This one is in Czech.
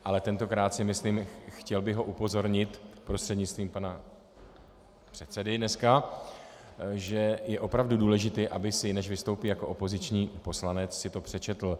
Ale tentokrát si myslím, chtěl bych ho upozornit prostřednictvím pana předsedy dneska, že je opravdu důležité, aby si to, než vystoupí jako opoziční poslanec, přečetl.